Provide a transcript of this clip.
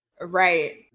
Right